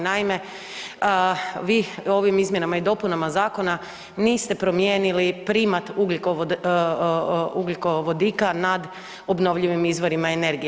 Naime, vi ovim izmjenama i dopunama zakona niste promijenili primat .../nerazumljivo/... ugljikovodika nad obnovljivim izvorima energije.